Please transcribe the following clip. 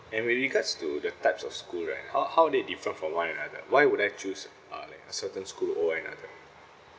and with regards to the types of school right how how they different from one another why would I choose uh like a certain school over another